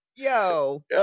Yo